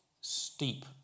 steep